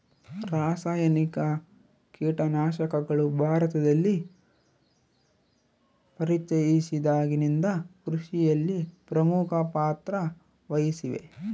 ರಾಸಾಯನಿಕ ಕೇಟನಾಶಕಗಳು ಭಾರತದಲ್ಲಿ ಪರಿಚಯಿಸಿದಾಗಿನಿಂದ ಕೃಷಿಯಲ್ಲಿ ಪ್ರಮುಖ ಪಾತ್ರ ವಹಿಸಿವೆ